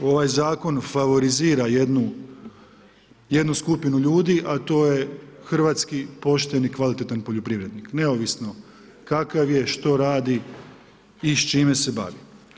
Ovaj zakon favorizira jednu skupinu ljudi, a to je hrvatski pošteni, kvalitetan poljoprivrednik, neovisno, kakav je, što radi i s čime se bavi.